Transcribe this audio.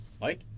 Mike